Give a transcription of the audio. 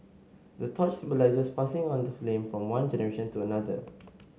the torch symbolises passing on the flame from one generation to another